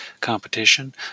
competition